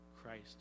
Christ